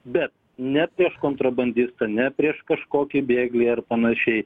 bet ne prieš kontrabandistą ne prieš kažkokį bėglį ar panašiai